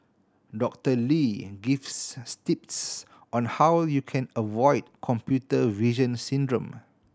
Doctor Lee gives tips on how you can avoid computer vision syndrome